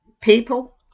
people